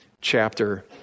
chapter